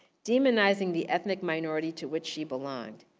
demonizing the ethnic minority to which she belonged.